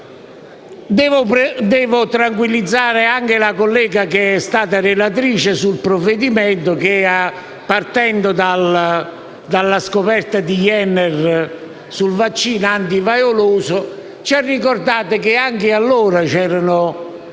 Devo tranquillizzare anche la collega relatrice del provvedimento che, partendo dalla scoperta di Jenner del vaccino antivaioloso, ci ha ricordato che anche allora c'erano